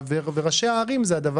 וראשי הערים הם אלו